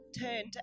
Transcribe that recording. turned